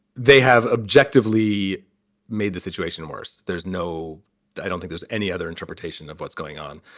they have objectively made the situation worse. there's no i don't think there's any other interpretation of what's going on.